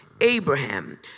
Abraham